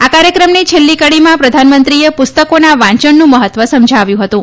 આ કાર્યક્રમની છેલ્લી કડીમાં પ્રધાનમંત્રીએ પુસ્તકોના વાચનનું મહત્વ સમજાવ્યુ હતું